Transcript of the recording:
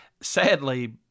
sadly